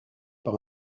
par